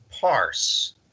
parse